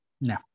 No